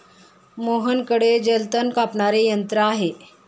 मोहनकडे जलतण कापणारे यंत्र आहे